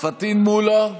פטין מולא,